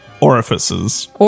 orifices